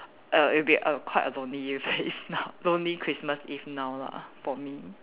err it'll be quite a lonely phase now lonely Christmas Eve now lah for me